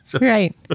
Right